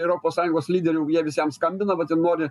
europos sąjungos lyderių jie vis jam skambina vat ir nori